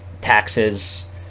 taxes